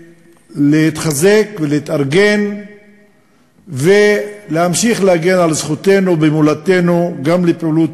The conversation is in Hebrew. להתחזק ולהתארגן ולהמשיך להגן על זכותנו במולדתנו גם לפעילות